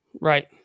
right